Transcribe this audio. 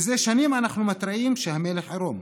זה שנים אנחנו מתריעים שהמלך עירום,